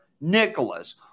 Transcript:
Nicholas